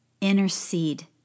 intercede